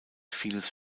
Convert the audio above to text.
vieles